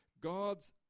God's